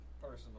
personal